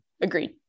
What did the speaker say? agreed